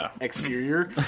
exterior